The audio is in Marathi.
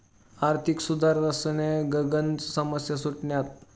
आर्थिक सुधारसनामुये गनच समस्या सुटण्यात